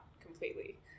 completely